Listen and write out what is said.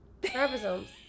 Ribosomes